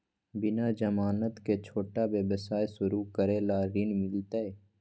बिना जमानत के, छोटा व्यवसाय शुरू करे ला ऋण मिलतई?